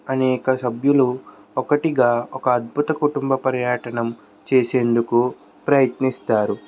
అనేక సభ్యులు ఒకటిగా ఒక అద్భుత కుటుంబ పర్యాటనం చేసేందుకు ప్రయత్నిస్తారు